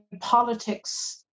politics